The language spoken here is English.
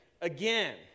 again